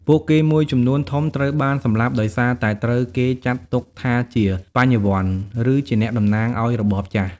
ពួកគេមួយចំនួនធំត្រូវបាន សម្លាប់ ដោយសារតែត្រូវគេចាត់ទុកថាជា "បញ្ញវន្ត" ឬជាអ្នកតំណាងឱ្យរបបចាស់។